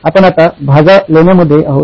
आपण आत्ता भाजा लेण्यांमध्ये आहोत